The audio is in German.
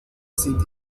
sind